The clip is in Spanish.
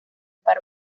para